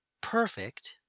perfect